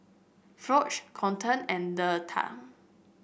Foch Colton and Theta